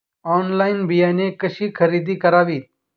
Online बियाणे कशी खरेदी करावीत?